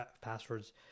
passwords